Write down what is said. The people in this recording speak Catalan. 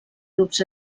grups